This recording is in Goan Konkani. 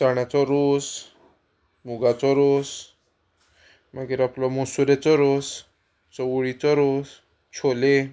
चण्यांचो रोस मुगांचो रोस मागीर आपलो मसुरेचो रोस चवळींचो रोस छोले